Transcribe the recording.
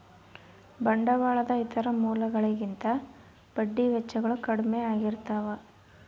ಬಂಡವಾಳದ ಇತರ ಮೂಲಗಳಿಗಿಂತ ಬಡ್ಡಿ ವೆಚ್ಚಗಳು ಕಡ್ಮೆ ಆಗಿರ್ತವ